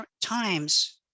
times